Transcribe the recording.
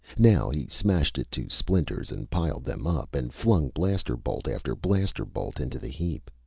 now he smashed it to splinters and piled them up and flung blaster-bolt after blaster-bolt into the heap.